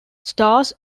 stars